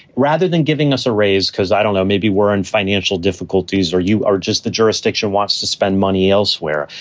rather than giving us a raise because i don't know, maybe we're in financial difficulties or you are just the jurisdiction wants to spend money elsewhere,